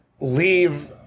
leave